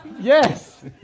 Yes